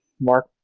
mark